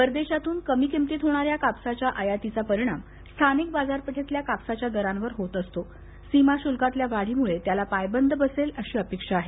परदेशातून कमी किमतीत होणा या कापसाच्या आयातीचा परिणाम स्थानिक बाजारपेठेतल्या कापसाच्या दरांवर होत असतो सीमा शल्कातल्या वाढीमुळे त्याला पायबंद बसेल अशी अपेक्षा आहे